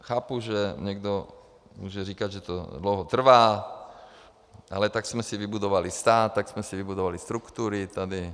Chápu, že někdo může říkat, že to dlouho trvá, ale tak jsme si vybudovali stát, tak jsme si vybudovali struktury tady.